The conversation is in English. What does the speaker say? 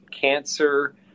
cancer